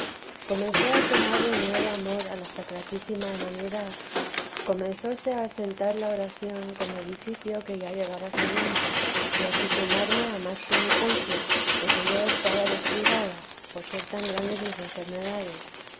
comencé a tomar de nuevo amor a la sacratísima humanidad comenzóse a asentar la oración como edificio que ya llevaba cimiento y aficionarme a más penitencia de que yo estaba descuidada por ser tan grandes mis enfermedades